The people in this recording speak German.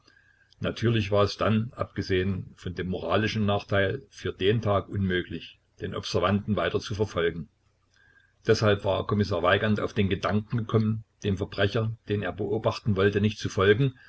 natürlich war es dann abgesehen von dem moralischen nachteil für den tag unmöglich den observanten weiter zu verfolgen deshalb war kommissar weigand auf den gedanken gekommen dem verbrecher den er beobachten wollte nicht zu folgen